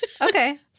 Okay